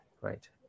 right